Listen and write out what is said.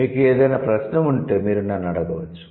మీకు ఏదైనా ప్రశ్న ఉంటే మీరు నన్ను అడగవచ్చు